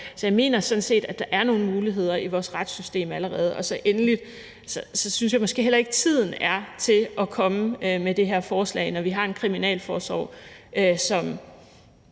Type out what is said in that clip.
Så jeg mener sådan set, at der allerede er nogle muligheder i vores retssystem. Endelig synes jeg måske heller ikke tiden er til at komme med det her forslag og generere en masse